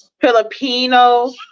Filipino